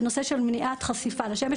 בנושא של מניעת חשיפה לשמש,